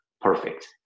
perfect